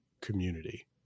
community